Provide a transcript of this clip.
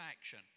action